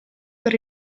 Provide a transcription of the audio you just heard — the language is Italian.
per